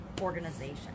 organization